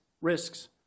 risks